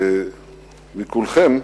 מכולכם,